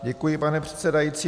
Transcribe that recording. Děkuji, pane předsedající.